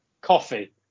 Coffee